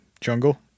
jungle